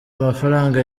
amafaranga